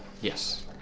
Yes